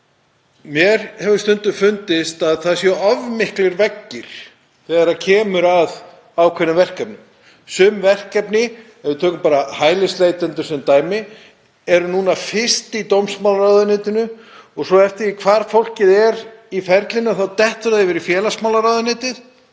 Mér hefur stundum fundist að það séu of miklir veggir þegar kemur að ákveðnum verkefnum. Sum verkefni, ef við tökum bara hælisleitendur sem dæmi, eru fyrst í dómsmálaráðuneytinu og svo, eftir því hvar fólkið er í ferlinu, þá detta þeir yfir í félagsmálaráðuneytið.